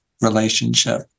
relationship